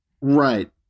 Right